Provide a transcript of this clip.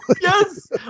Yes